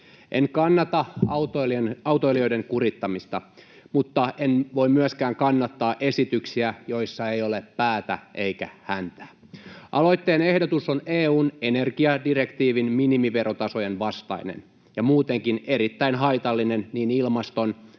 En kannata autoilijoiden kurittamista, mutta en voi myöskään kannattaa esityksiä, joissa ei ole päätä eikä häntää. Aloitteen ehdotus on EU:n energiadirektiivin minimiverotasojen vastainen ja muutenkin erittäin haitallinen niin ilmaston